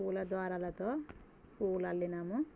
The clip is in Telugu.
పూల దారలతో పూలు అల్లినము